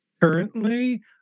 currently